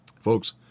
Folks